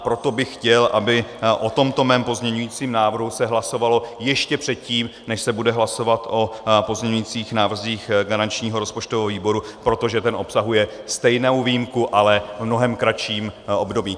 Proto bych chtěl, aby se o tomto mém pozměňovacím návrhu hlasovalo ještě předtím, než se bude hlasovat o pozměňovacích návrzích garančního rozpočtového výboru, protože ten obsahuje stejnou výjimku, ale v mnohem kratším období.